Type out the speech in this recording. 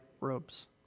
robes